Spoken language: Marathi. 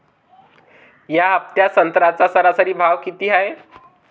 या हफ्त्यात संत्र्याचा सरासरी भाव किती हाये?